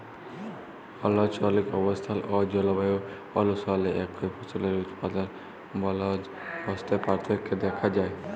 আলচলিক অবস্থাল অ জলবায়ু অলুসারে একই ফসলের উৎপাদল বলদবস্তে পার্থক্য দ্যাখা যায়